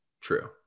True